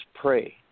pray